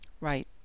right